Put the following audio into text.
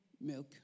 milk